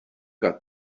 got